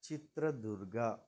Chitradurga